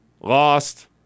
Lost